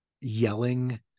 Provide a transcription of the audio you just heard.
yelling